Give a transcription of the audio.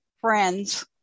friends